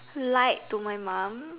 lied to my mom